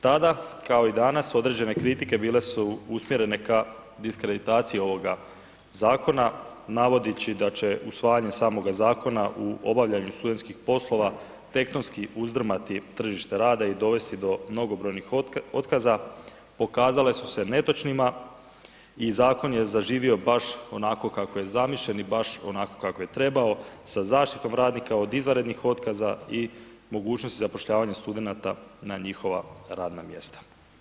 Tada kao i danas određene kritike bile su usmjerene k diskreditaciji ovoga zakona navodeći da će usvajanjem samoga zakona u obavljanju studentskih poslova tektonski uzdrmati tržište rada i dovesti do mnogobrojnih otkaza, pokazale su se netočnima i zakon je zaživio baš onako kako je zamišljen i baš onako kako je trebao sa zaštitom radnika od izvanrednih otkaza i mogućnosti zapošljavanja studenata na njihova radna mjesta.